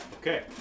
Okay